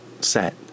set